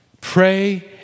Pray